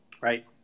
Right